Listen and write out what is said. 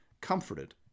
comforted